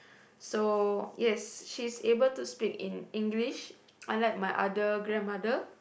so yes she is able to speak in English unlike my other grandmother